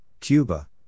Cuba